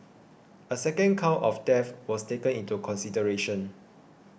a second count of theft was taken into consideration